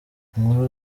inkuru